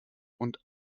und